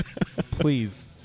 Please